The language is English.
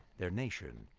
their nation,